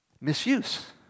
misuse